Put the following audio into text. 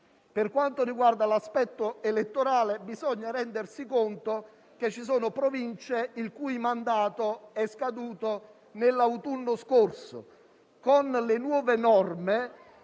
Per quanto riguarda l'aspetto elettorale, bisogna rendersi conto del fatto che ci sono Province il cui mandato è scaduto nell'autunno scorso. Con le nuove norme